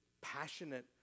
passionate